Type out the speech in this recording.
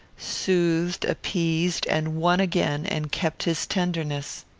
soothed, appeased, and won again and kept his tenderness.